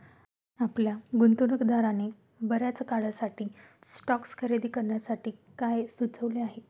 आपल्या गुंतवणूकदाराने बर्याच काळासाठी स्टॉक्स खरेदी करण्यासाठी काय सुचविले आहे?